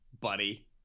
buddy